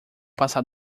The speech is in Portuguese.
passar